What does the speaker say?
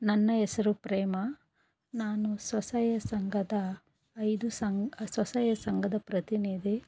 ನನ್ನ ಹೆಸ್ರು ಪ್ರೇಮಾ ನಾನು ಸ್ವಸಹಾಯ ಸಂಘದ ಐದು ಸಂಘ ಸ್ವಸಹಾಯ ಸಂಘದ ಪ್ರತಿನಿಧಿ